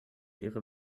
ihre